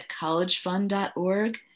collegefund.org